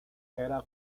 era